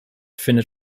findet